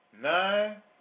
nine